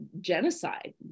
genocide